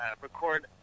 record